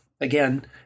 again